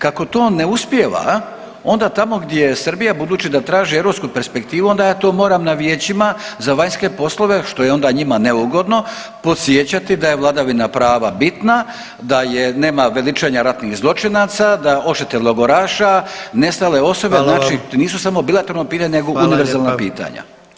Kako to ne uspijeva, onda tamo gdje Srbija, budući da traži europsku perspektivu, onda ja to moram na vijećima za vanjske poslove, što je onda njima neugodno, podsjećati da je vladavina prava bitna, da je, nema veličanja ratnih zločinaca, da odštete logoraša, nestale osobe, znači [[Upadica: Hvala vam.]] nisu samo bilateralno pitanje nego univerzalna pitanja.